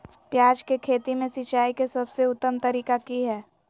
प्याज के खेती में सिंचाई के सबसे उत्तम तरीका की है?